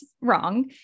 wrong